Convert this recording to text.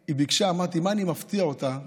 היא ביקשה, ואמרתי: במה אני מפתיע אותה ביום,